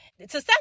success